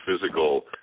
physical